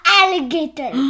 alligator